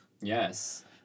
Yes